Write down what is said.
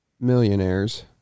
millionaires